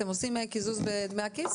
אתם עושים קיזוז בדמי הכיס?